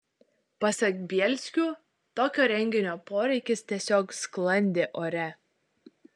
pasak bielskių tokio renginio poreikis tiesiog sklandė ore